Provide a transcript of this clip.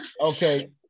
Okay